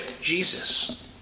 Jesus